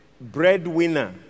breadwinner